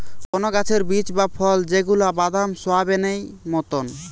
কোন গাছের বীজ বা ফল যেগুলা বাদাম, সোয়াবেনেই মতোন